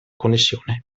connessione